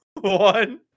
One